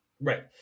Right